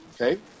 Okay